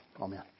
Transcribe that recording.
amen